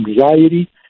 anxiety